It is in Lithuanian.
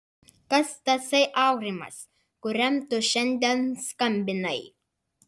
kas tasai aurimas kuriam tu šiandien skambinai